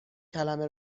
کلمه